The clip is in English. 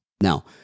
now